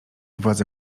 władze